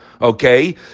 Okay